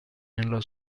nella